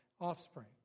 offspring